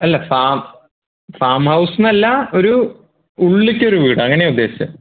അല്ല farm farm ഹൗസ്ന്നല്ല ഒരു ഉള്ളിലേക്കൊരു വീട് അങ്ങനെയാണ് ഉദ്ദേശിച്ചത്